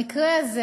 המקרה הזה,